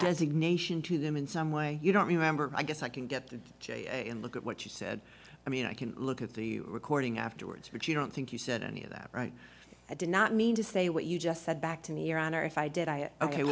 designation to them in some way you don't remember i guess i can get the j and look at what you said i mean i can look at the recording afterwards but you don't think you said any of that right i did not mean to say what you just said back to me your honor if i did i ok